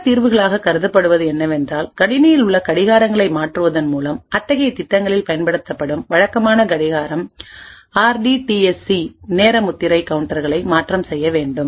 பிற தீர்வுகளாக கருதப்படுவது என்னவென்றால் கணினியில் உள்ள கடிகாரங்களை மாற்றுவதன் மூலம் அத்தகைய திட்டங்களில் பயன்படுத்தப்படும் வழக்கமான கடிகாரம் R T T S C நேர முத்திரை கவுண்டர்களை மாற்றம் செய்ய வேண்டும்